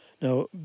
Now